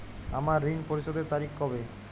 আমার ঋণ পরিশোধের তারিখ কবে?